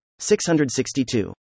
662